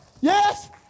Yes